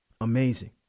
Amazing